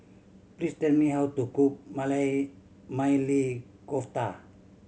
please tell me how to cook Maili Kofta